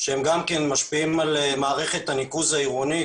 שגם הם משפיעים על מערכת הניקוז העירונית